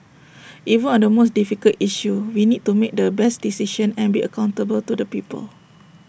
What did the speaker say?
even on the most difficult issue we need to make the best decision and be accountable to the people